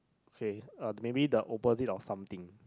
phrase or maybe the opposite or something